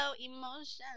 emotions